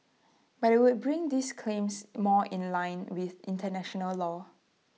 but IT would bring these claims more in line with International law